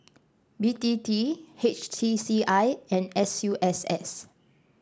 B T T H T C I and S U S S